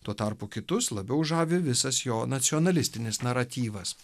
tuo tarpu kitus labiau žavi visas jo nacionalistinis naratyvas